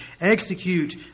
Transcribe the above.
execute